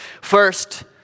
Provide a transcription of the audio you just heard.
First